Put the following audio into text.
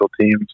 teams